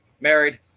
married